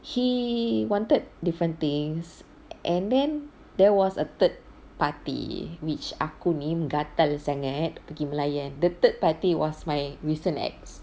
he wanted different things and then there was a third party which aku ni gatal sangat pergi melayan the third party was my recent ex